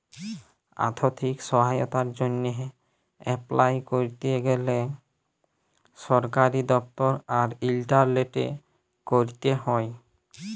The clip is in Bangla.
আথ্থিক সহায়তার জ্যনহে এপলাই ক্যরতে গ্যালে সরকারি দপ্তর আর ইলটারলেটে ক্যরতে হ্যয়